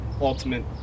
ultimate